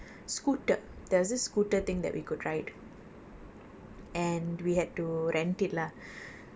so at the lobby area itself you can do activities like riding scooter there was this scooter thing that we could ride